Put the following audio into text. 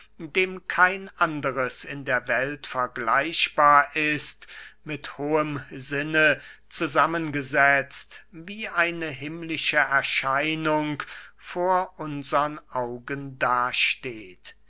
dem kein anderes in der welt vergleichbar ist mit hohem sinne zusammen gesetzt wie eine himmlische erscheinung vor unsern augen